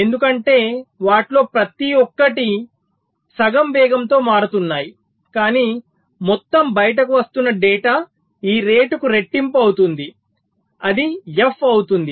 ఎందుకంటే వాటిలో ప్రతి ఒక్కటి సగం వేగంతో మారుతున్నాయి కాని మొత్తం బయటకు వస్తున్న డేటా ఈ రేటుకు రెట్టింపు అవుతుంది అది ఎఫ్ అవుతుంది